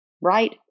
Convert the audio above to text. Right